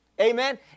Amen